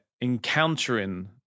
encountering